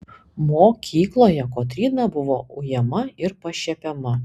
mokykloje kotryna buvo ujama ir pašiepiama